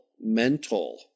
mental